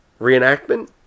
reenactment